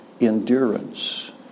endurance